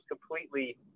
completely